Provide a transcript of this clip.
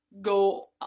go